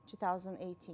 2018